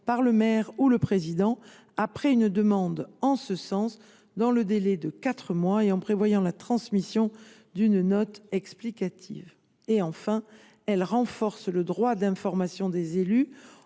par le maire ou le président après une demande en ce sens dans un délai de quatre mois et en prévoyant la transmission d’une note explicative. Elle renforce le droit d’information des élus